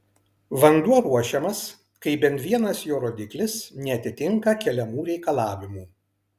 vanduo ruošiamas kai bent vienas jo rodiklis neatitinka keliamų reikalavimų